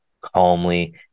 calmly